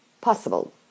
possible